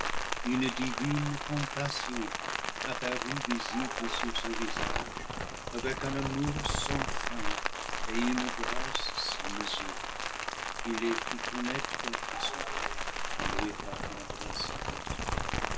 une divine compassion apparut visible sur son visage avec un amour sans fin et une grâce sans mesure il les fit connaître à son père en lui parlant de la sorte